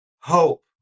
hope